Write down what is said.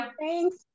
thanks